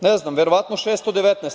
Ne znam, verovatno 619.